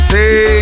Say